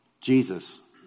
Jesus